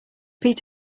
that